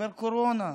משבר הקורונה,